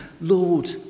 Lord